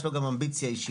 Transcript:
יש לו גם אמביציה אישית.